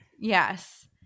Yes